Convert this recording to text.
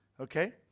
Okay